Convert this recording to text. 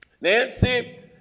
Nancy